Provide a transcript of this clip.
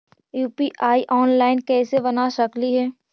UPI online कैसे बना सकली हे?